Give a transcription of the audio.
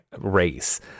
race